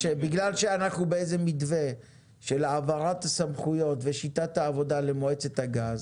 בגלל שאנחנו באיזה מתווה של העברת הסמכויות ושיטת העבודה למועצת הגז